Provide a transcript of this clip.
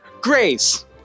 Grace